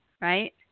right